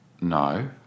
No